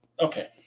okay